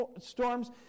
storms